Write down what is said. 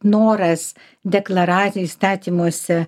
noras deklarati įstatymuose